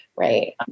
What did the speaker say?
Right